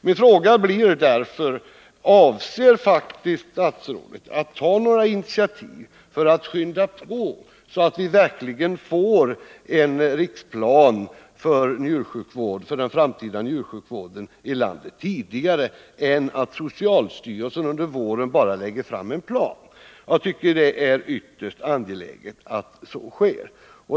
Min fråga blir därför: Avser statsrådet att ta några initiativ för att skynda på, så att vi verkligen får en riksplan för den framtida njursjukvården i landet i god tid i stället för att socialstyrelsen under våren 1981 bara lägger fram en plan. Jag tycker att det är ytterst angeläget att så sker.